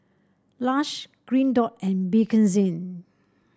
Lush Green Dot and Bakerzin